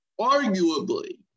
arguably